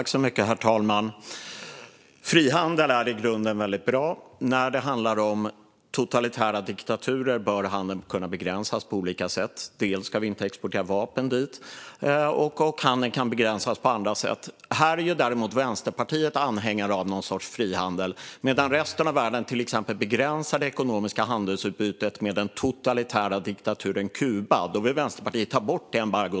Herr talman! Frihandel är i grunden väldigt bra. När det handlar om totalitära diktaturer bör handeln kunna begränsas på olika sätt. Bland annat ska vi inte exportera vapen dit, och handeln kan begränsas även på andra sätt. Här är dock Vänsterpartiet anhängare av någon sorts frihandel. Medan resten av världen till exempel begränsar det ekonomiska handelsutbytet med den totalitära diktaturen Kuba vill Vänsterpartiet i stället ta bort det embargot.